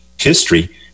history